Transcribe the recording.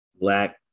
black